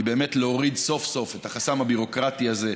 היא להוריד סוף-סוף את החסם הביורוקרטי הזה,